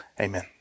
amen